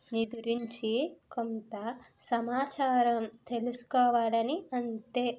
నీ గురించి కొంత సమాచారం తెలుసుకోవాలని అంతే